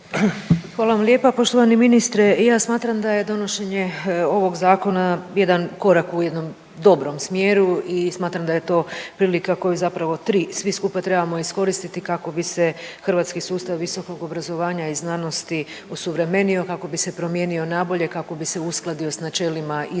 Hvala vam lijepa. Poštovani ministre ja smatram da je donošenje ovog zakona jedan korak u jednom dobrom smjeru i smatram da je to prilika koju zapravo tri, svi skupa trebamo iskoristiti kako bi se hrvatski sustav visokog obrazovanja i znanosti osuvremenio kako bi se promijenio nabolje, kako bi se uskladio s načelima i